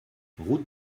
route